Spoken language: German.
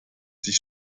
sich